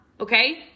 Okay